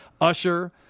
Usher